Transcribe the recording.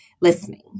listening